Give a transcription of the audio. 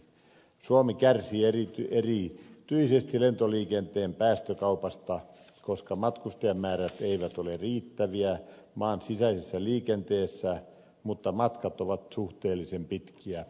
suomi kärsii erityisesti lentoliikenteen päästökaupasta koska matkustajamäärät eivät ole riittäviä maan sisäisessä liikenteessä mutta matkat ovat suhteellisen pitkiä